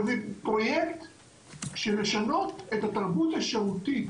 אבל פרויקט של לשנות את התרבות השירותית